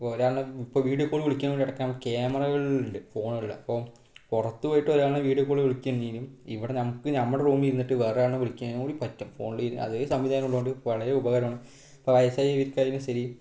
പോരാഞ്ഞ് ഇപ്പോൾ video call വിളിക്കാന് വേണ്ടി ക്യാമറകള് ഉണ്ട് ഫോണ് എടുക്കാന് അപ്പോൾ പുറത്ത് പോയിട്ട് വരികയാണേൽ വീഡിയോ കോള് വിളിക്കുവ എന്നേനും ഇവിടെ നമുക്ക് ഞമ്മടെ റൂമില് ഇരുന്നിട്ട് വേറൊരാളെ വിളിക്കാന് കൂടി പറ്റും ഫോണില് അതേ സംവിധാനം ഉള്ളതുകൊണ്ട് വളരെ ഉപകാരമാണ് ഇപ്പോൾ വയസായി ഇരിക്കുവാണേലും ശരി